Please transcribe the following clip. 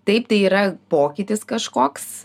taip tai yra pokytis kažkoks